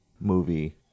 movie